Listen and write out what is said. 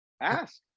ask